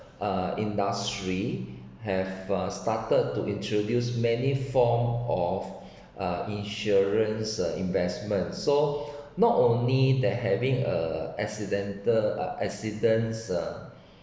uh industry have uh started to introduced many form of uh insurance investment so not only they having uh accidental or accidents ah